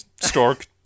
Stork